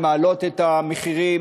את המחירים